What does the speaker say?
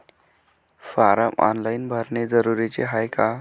Form online भरने जरुरीचे हाय का?